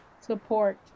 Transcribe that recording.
support